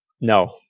No